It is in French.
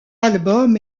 album